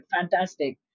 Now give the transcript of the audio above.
fantastic